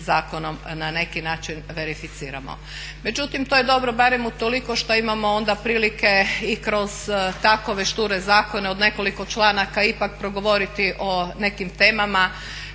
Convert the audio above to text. zakonom na neki način verificiramo. Međutim, to je dobro barem utoliko što imamo onda prilike i kroz takve šture zakone od nekoliko članaka ipak progovoriti o nekim temama